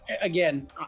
again